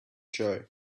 joy